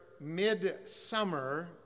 mid-summer